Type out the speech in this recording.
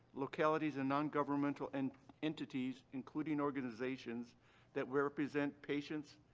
localities, and non-governmental and entities including organizations that represent patients,